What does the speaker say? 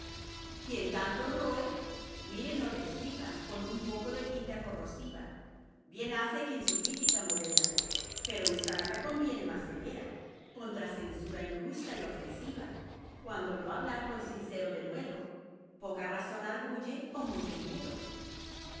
quien tanto roe mire no le escriba con un poco de tinta corrosiva bien hace quien su crítica modera pero usarla conviene más severa contra censura injusta y ofensiva cuando no hablar con sincero denuedo poca razón arguye o mucho miedo